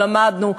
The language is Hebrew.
למדנו,